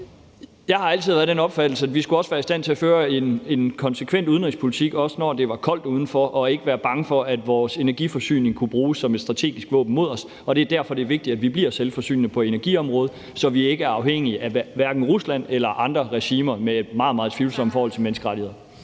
Jeg har altid været af den opfattelse, at vi skulle være i stand til at føre en konsekvent udenrigspolitik, også når det var koldt udenfor, og ikke være bange for, at vores energiforsyning kunne bruges som et strategisk våben imod os. Det er derfor, det er vigtigt, at vi bliver selvforsynende på energiområdet, så vi ikke er afhængige af hverken Rusland eller andre regimer med meget, meget tvivlsomme forhold til menneskerettigheder.